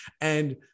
and-